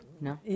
No